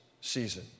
season